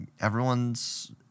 everyone's